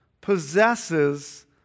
possesses